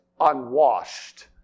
unwashed